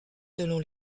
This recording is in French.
selon